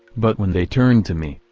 but when they turned to me,